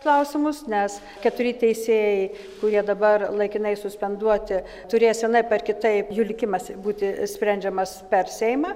klausimus nes keturi teisėjai kurie dabar laikinai suspenduoti turės vienaip ar kitaip jų likimas būti sprendžiamas per seimą